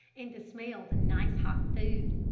and to smell the nice, hot food.